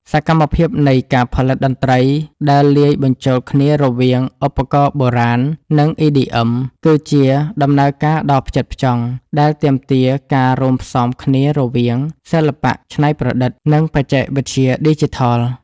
សកម្មភាពនៃការផលិតតន្ត្រីដែលលាយបញ្ចូលគ្នារវាងឧបករណ៍បុរាណ និង EDM គឺជាដំណើរការដ៏ផ្ចិតផ្ចង់ ដែលទាមទារការរួមផ្សំគ្នារវាងសិល្បៈច្នៃប្រឌិត និងបច្ចេកវិទ្យាឌីជីថល។